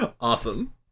Awesome